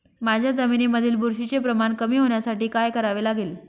माझ्या जमिनीमधील बुरशीचे प्रमाण कमी होण्यासाठी काय करावे लागेल?